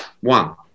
one